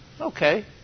Okay